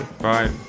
Bye